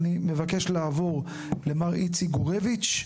אני מבקש לעבור למר איציק גורביץ',